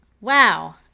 Wow